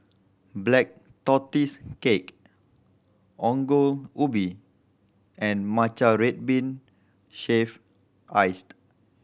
Black Tortoise Cake Ongol Ubi and matcha red bean shaved iced